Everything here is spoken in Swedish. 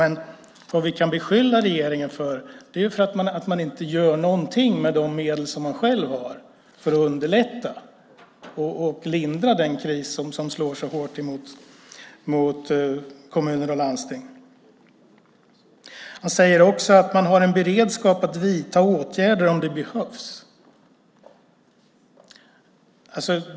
Men vad vi kan beskylla regeringen för är att inte göra någonting för att underlätta och lindra den kris som slår så hårt mot kommuner och landsting med de medel som man själv har. Han säger också att man har en beredskap för att vidta åtgärder om det behövs.